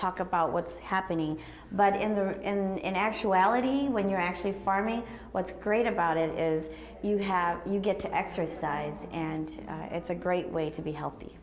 talk about what's happening but in the or in actuality when you're actually farming what's great about it is you have you get to exercise and it's a great way to be healthy